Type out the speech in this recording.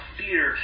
fear